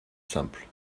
simples